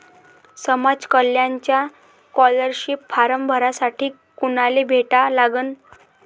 समाज कल्याणचा scholarship form भरासाठी कुनाले भेटा लागन?